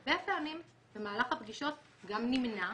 שהרבה פעמים במהלך הפגישות גם נמנע,